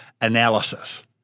analysis